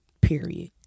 Period